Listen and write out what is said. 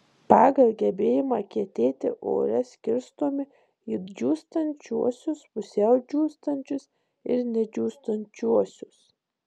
pagal gebėjimą kietėti ore skirstomi į džiūstančiuosius pusiau džiūstančius ir nedžiūstančiuosius